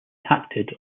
acted